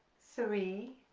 three,